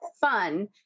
fun